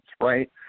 right